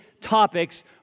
topics